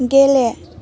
गेले